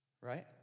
right